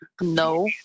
No